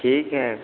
ठीक है